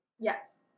Yes